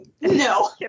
no